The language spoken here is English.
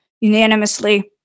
unanimously